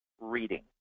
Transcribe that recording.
reading